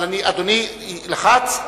אדוני לחץ?